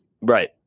Right